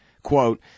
Quote